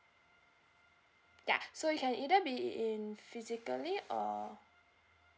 ya so you can either be in physically or